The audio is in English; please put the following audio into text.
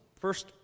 First